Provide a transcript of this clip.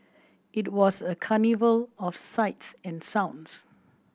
it was a carnival of sights and sounds